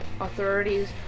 Authorities